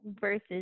versus